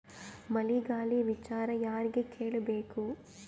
ಮಳೆ ಗಾಳಿ ವಿಚಾರ ಯಾರಿಗೆ ಕೇಳ್ ಬೇಕು?